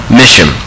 mission